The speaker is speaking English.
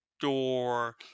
door